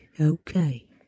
Okay